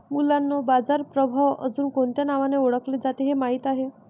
मुलांनो बाजार प्रभाव अजुन कोणत्या नावाने ओढकले जाते हे माहित आहे?